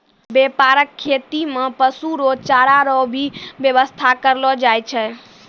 व्यापक खेती मे पशु रो चारा रो भी व्याबस्था करलो जाय छै